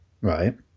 Right